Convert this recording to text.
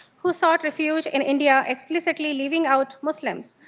who sought refuge in india, explicitly leaving out muslims.